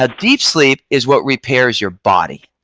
ah deep sleep is what repairs your body.